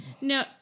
no